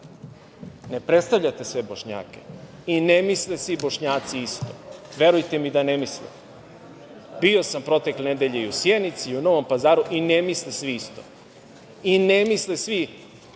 Ne predstavljate sve Bošnjake i ne misli svi Bošnjaci isto. Verujte mi da ne misle. Bio sam protekle nedelje i u Sjenici i u Novom Pazaru i ne misle svi isto i ne misle svi,